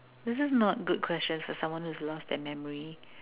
this is not a good question for someone who's lost their memory